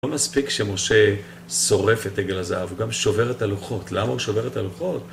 לא מספיק שמשה שורף את עגל הזהב, הוא גם שובר את הלוחות, למה הוא שובר את הלוחות?